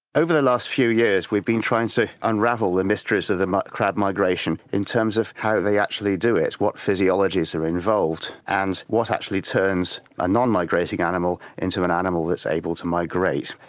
over the last few years we have been trying to unravel the mysteries of the ah crab migration in terms of how they actually do it, what physiologies are involved and what actually turns a non-migrating animal into an animal that's able to migrate.